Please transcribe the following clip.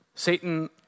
Satan